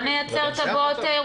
בוא נייצר טבעות,